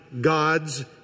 God's